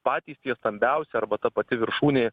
patys tie stambiausi arba ta pati viršūnė